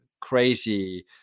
crazy